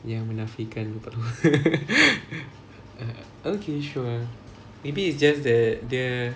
ya menafikan okay sure maybe it's just that the